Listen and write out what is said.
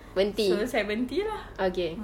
berhenti okay